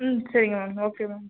ம் சரிங்க ma'am okay ma'am